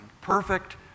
Perfect